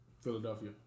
Philadelphia